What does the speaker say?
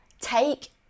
take